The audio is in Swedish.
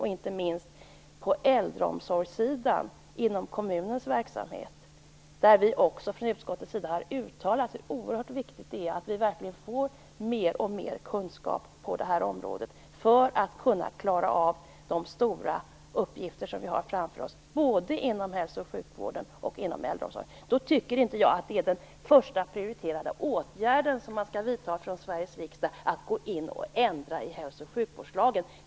Det gäller också äldreomsorgen inom kommunernas verksamhet. Vi från utskottet har ju uttalat hur oerhört viktigt det är med mera kunskap på detta område för att vi skall kunna klara av de stora uppgifter som ligger framför oss, såväl inom hälso och sjukvården som inom äldre omsorgen. I det läget borde inte den första prioriterade åtgärden vara att riksdagen går in och ändrar i hälso och sjukvårdslagen.